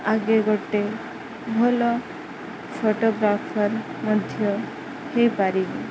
ଆଗେ ଗୋଟେ ଭଲ ଫଟୋଗ୍ରାଫର୍ ମଧ୍ୟ ହେଇପାରିବି